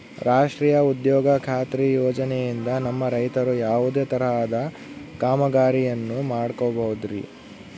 ರಾಷ್ಟ್ರೇಯ ಉದ್ಯೋಗ ಖಾತ್ರಿ ಯೋಜನೆಯಿಂದ ನಮ್ಮ ರೈತರು ಯಾವುದೇ ತರಹದ ಕಾಮಗಾರಿಯನ್ನು ಮಾಡ್ಕೋಬಹುದ್ರಿ?